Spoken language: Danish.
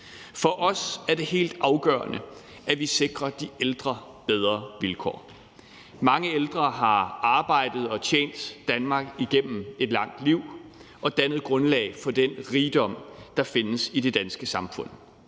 For os er det helt afgørende, at vi sikrer de ældre bedre vilkår. Mange ældre har arbejdet og tjent Danmark igennem et langt liv og dannet grundlag for den rigdom, der findes i det danske samfund,